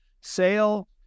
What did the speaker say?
sale